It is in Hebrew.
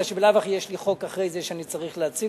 מפני שבלאו-הכי יש לי אחרי זה חוק שאני צריך להציג,